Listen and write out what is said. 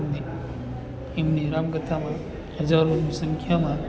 ને એમની રામકથામાં હજારોની સંખ્યામાં